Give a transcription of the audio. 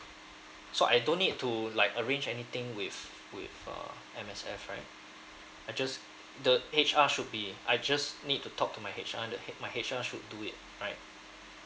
so I don't need to like arrange anything with with uh M_S_F right I just the H_R should be I just need to talk to my H_R the H my H_R should do it right